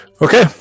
Okay